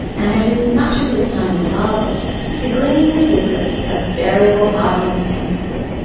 and had used much of his time at harvard to glean the secrets of variable-hardness pencils.